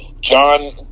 John